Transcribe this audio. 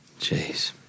Jeez